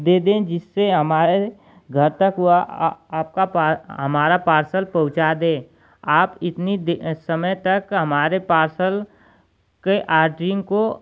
दे दें जिससे हमारे घर तक वह आपका पा हमारा पार्सल पहुँचा दें आप इतनी दें समय तक हमारे पार्सल व कई आट्रीन को